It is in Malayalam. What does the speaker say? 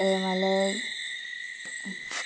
മലയ്